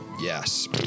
Yes